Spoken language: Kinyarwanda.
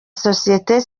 société